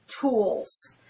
tools